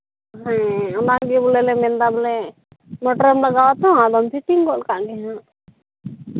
ᱦᱮᱸ ᱚᱱᱟᱜᱮ ᱢᱮᱱᱫᱟᱞᱮ ᱵᱚᱞᱮ ᱢᱚᱴᱚᱨᱮᱢ ᱞᱟᱜᱟᱣ ᱟᱛᱚ ᱟᱫᱚᱢ ᱯᱷᱤᱴᱤᱝ ᱜᱚᱜ ᱠᱟᱜ ᱜᱮ ᱦᱟᱸᱜ